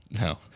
no